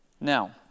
Now